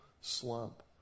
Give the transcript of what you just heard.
slump